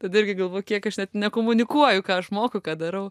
tada irgi galvoju kiek aš net nekomunikuoju ką aš moku ką darau